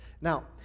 Now